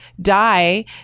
die